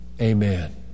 amen